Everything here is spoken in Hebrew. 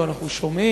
או אנחנו שומעים,